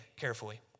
carefully